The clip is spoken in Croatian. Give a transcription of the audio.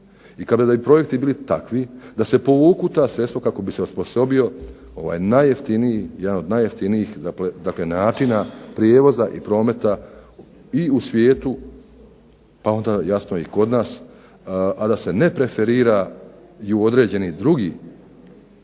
i kada bi projekti bili takvi da se povuku ta sredstva kako bi se osposobio jedan od najjeftinijih načina prijevoza i prometa i u svijetu pa onda jasno i kod nas, a da se ne preferira i određeni drugi